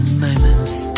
moments